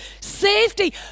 safety